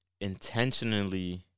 intentionally